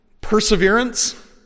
perseverance